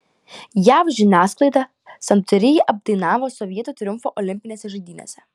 jav žiniasklaida santūriai apdainavo sovietų triumfą olimpinėse žaidynėse